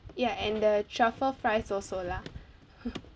ya and the truffle fries also lah